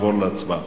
ונעבור להצבעה.